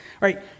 right